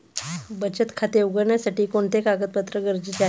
बचत खाते उघडण्यासाठी कोणते कागदपत्रे गरजेचे आहे?